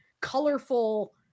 colorful